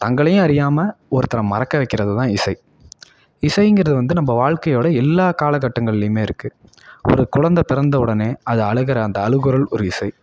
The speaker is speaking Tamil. தங்களையும் அறியாமல் ஒருத்தரை மறக்க வைக்கிறதுதான் இசை இசைங்கிறது வந்து நம்ப வாழ்க்கையோடய எல்லா காலகட்டங்கள்ளையுமே இருக்குது ஒரு குழந்த பிறந்த உடனே அது அழுகுற அந்த அழுகுரல் ஒரு இசை